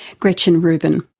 gretchen rubin.